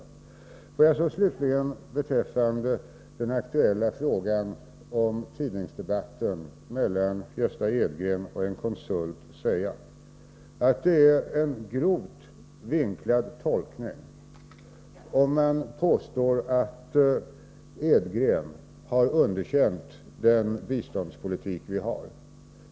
Får jag så slutligen beträffande den aktuella frågan om tidningsdebatten mellan Gösta Edgren och en konsult säga, att det är en grovt vinklad tolkning om man påstår att Edgren har underkänt den biståndspolitik vi för.